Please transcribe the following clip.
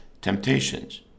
temptations